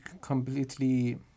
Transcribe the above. completely